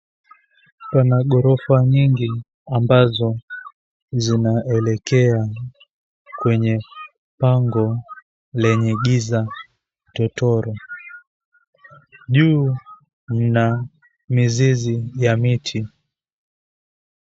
Pana ghorofa nyingi ambazo zinaelekea kwenye pango lenye giza totoro. Juu mna mizizi ya miti.